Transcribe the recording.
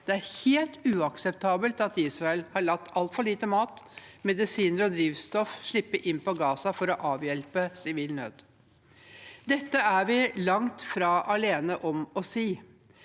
Det er helt uakseptabelt at Israel har latt altfor lite mat, medisiner og drivstoff slippe inn på Gaza for å avhjelpe sivil nød. Dette er vi langt fra alene om å si.